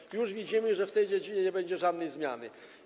I już widzimy, że w tej dziedzinie nie będzie żadnej zmiany.